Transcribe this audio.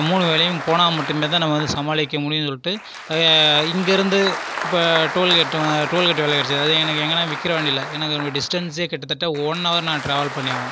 மூணு வேலையும் போனால் மட்டுமே தான் நம்ம வந்து சமாளிக்க முடியும்னு சொல்லிவிட்டு இங்கிருந்து இப்போ டோல்கேட் டோல்கேட் வேலை கிடைச்சுது அது எனக்கு எங்கேனா விக்கிரவாண்டியில் எனக்கு டிஸ்டன்ஸ்ஸே கிட்டதட்ட ஒன் ஹவர் நான் ட்ராவல் பண்ணியாகணும்